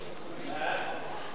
סעיפים 5 14, כהצעת הוועדה,